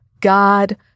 God